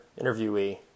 interviewee